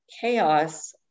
chaos